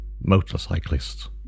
Motorcyclists